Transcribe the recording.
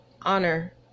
honor